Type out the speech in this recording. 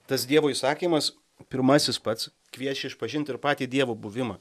tas dievo įsakymas pirmasis pats kviečia išpažint ir patį dievo buvimą